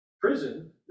prison